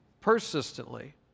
persistently